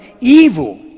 evil